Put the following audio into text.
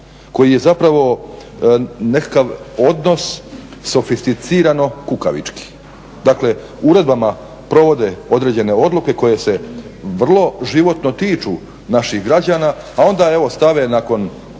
koji je zapravo nekakav odnos sofisticirano kukavički. Dakle, uredbama provode određene odluke koje se vrlo životno tiču naših građana, a onda evo stave nakon